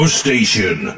station